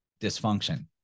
dysfunction